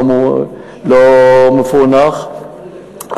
עדיין לא מפוענח,